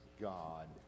God